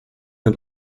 und